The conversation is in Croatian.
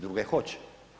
Druge hoće.